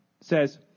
says